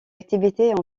activités